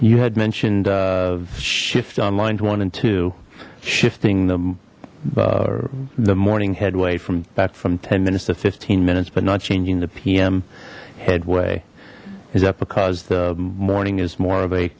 you had mentioned shift on line two one and two shifting them the morning headway from back from ten minutes to fifteen minutes but not changing the p m headway is that because the morning is more of a